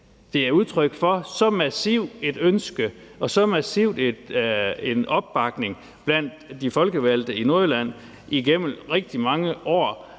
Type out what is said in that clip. det er udtryk for så massivt et ønske og så massiv en opbakning blandt de folkevalgte i Nordjylland igennem rigtig mange år.